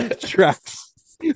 tracks